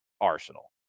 Arsenal